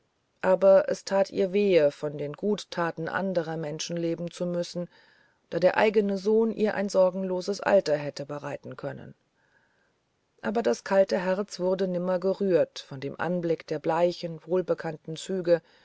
aber es tat ihr wehe von den guttaten anderer menschen leben zu müssen da der eigene sohn ihr ein sorgenloses alter hätte bereiten können aber das kalte herz wurde nimmer gerührt von dem anblicke der bleichen wohlbekannten züge